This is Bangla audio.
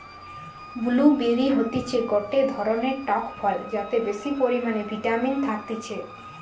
ব্লু বেরি হতিছে গটে ধরণের টক ফল যাতে বেশি পরিমানে ভিটামিন থাকতিছে